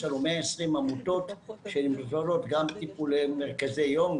יש לנו 120 עמותות שכוללות גם מרכזי יום,